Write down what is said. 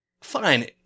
fine